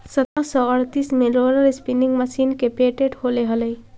सत्रह सौ अड़तीस में रोलर स्पीनिंग मशीन के पेटेंट होले हलई